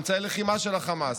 אמצעי לחימה של החמאס,